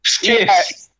kiss